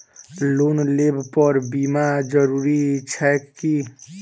Loan लेबऽ पर बीमा जरूरी छैक की?